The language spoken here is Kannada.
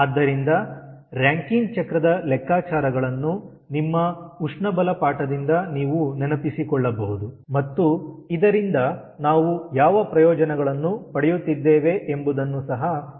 ಆದ್ದರಿಂದ ರಾಂಕಿನ್ ಚಕ್ರದ ಲೆಕ್ಕಾಚಾರಗಳನ್ನು ನಿಮ್ಮ ಉಷ್ಣಬಲ ಪಾಠದಿಂದ ನೀವು ನೆನಪಿಸಿಕೊಳ್ಳಬಹುದು ಮತ್ತು ಇದರಿಂದ ನಾವು ಯಾವ ಪ್ರಯೋಜನಗಳನ್ನು ಪಡೆಯುತ್ತಿದ್ದೇವೆ ಎಂಬುದನ್ನು ಸಹ ನಾವು ನೋಡಬಹುದು